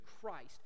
Christ